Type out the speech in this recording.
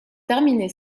terminé